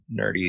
nerdy